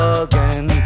again